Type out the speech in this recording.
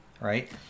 right